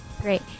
Great